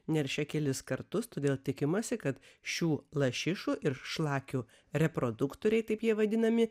neršia kelis kartus todėl tikimasi kad šių lašišų ir šlakių reproduktoriai taip jie vadinami